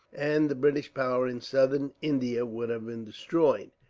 and the british power in southern india would have been destroyed.